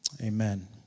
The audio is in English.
amen